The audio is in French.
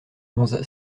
onze